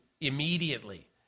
immediately